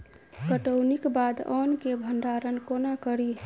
कटौनीक बाद अन्न केँ भंडारण कोना करी?